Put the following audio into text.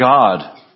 God